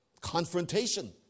Confrontation